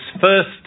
first